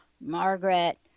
Margaret